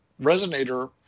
resonator